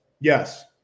Yes